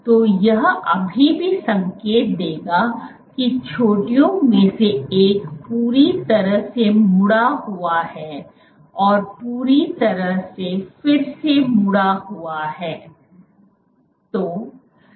तो यह अभी भी संकेत देगा कि चोटियों में से एक पूरी तरह से मुड़ा हुआ है और पूरी तरह से फिर से मुड़ा हुआ है